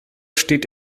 steht